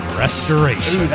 restoration